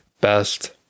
best